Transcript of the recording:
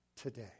today